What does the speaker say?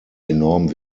enorm